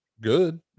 good